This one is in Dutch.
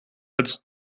het